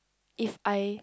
if I